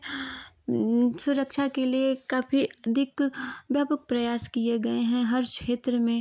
सुरक्षा के लिए काफ़ी दिक्क ब्यापक प्रयास कीए गए हैं हर क्षेत्र में